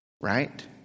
Right